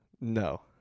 No